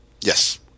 Yes